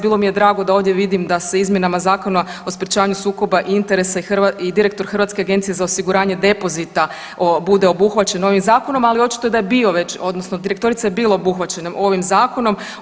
Bilo mi je drago da ovdje vidim da se izmjenama Zakona o sprječavanju sukoba interesa i direktor Hrvatske agencije za osiguranje depozita bude obuhvaćen ovim zakonom, ali očito je da je bio već odnosno direktorica je bila obuhvaćena ovim zakonom.